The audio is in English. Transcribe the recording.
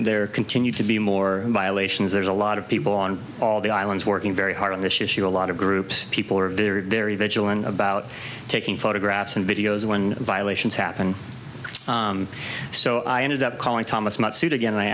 there continued to be more violations there's a lot of people on all the islands working very hard on this issue a lot of groups people are very very vigilant about taking photographs and videos when violations happen so i ended up calling thomas matsuda again i